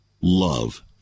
love